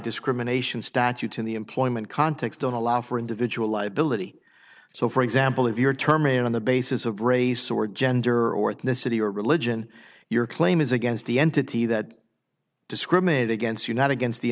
discrimination statutes in the employment context don't allow for individual liability so for example if your term in on the basis of race or gender or ethnicity or religion your claim is against the entity that discriminate against you not against the